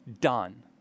done